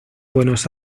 buenos